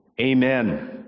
Amen